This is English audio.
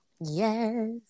Yes